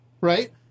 right